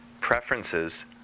Preferences